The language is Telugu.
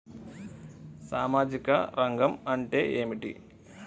సామాజిక రంగం అంటే ఏమిటి?